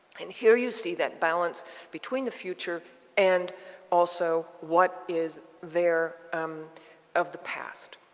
and here you see that balance between the future and also what is there um of the past.